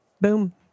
Boom